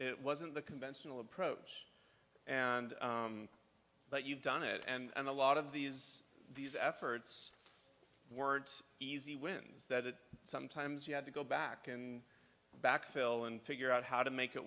it wasn't the conventional approach and that you've done it and a lot of these these efforts weren't easy wins that sometimes you had to go back and back fill and figure out how to make it